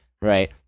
right